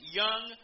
young